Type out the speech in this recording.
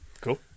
Cool